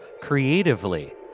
creatively